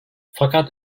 fakat